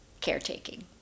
caretaking